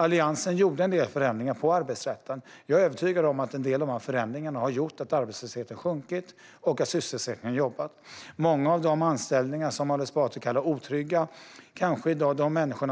Alliansen gjorde en del förändringar i arbetsrätten. Jag är övertygad om att en del av de förändringarna har gjort att arbetslösheten sjunkit och att sysselsättningen ökat. Många av de människor som har anställningar som Ali Esbati kallar otrygga kanske i dag